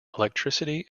electricity